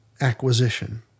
acquisition